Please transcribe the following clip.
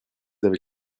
avez